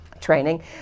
training